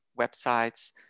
websites